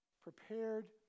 prepared